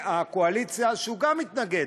מהקואליציה, שגם הוא מתנגד.